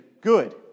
good